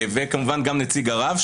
וכמובן גם נציג הרב,